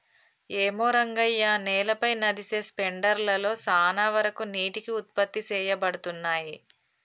ఏమో రంగయ్య నేలపై నదిసె స్పెండర్ లలో సాన వరకు నీటికి ఉత్పత్తి సేయబడతున్నయి